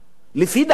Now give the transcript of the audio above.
לפי דעתי,